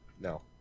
No